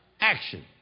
action